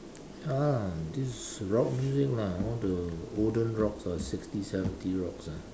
ya this rock music lah all the olden rocks ah sixty seventy rocks ah